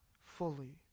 fully